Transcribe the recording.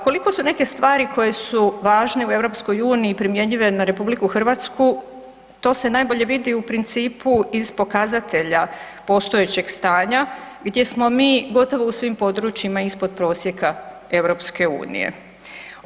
Koliko su neke stvari koje su važne u EU primjenjive na RH, to se najbolje vidi u principu iz pokazatelja postojećeg stanja gdje smo mi gotovo u svim područjima ispod prosjeka EU-a.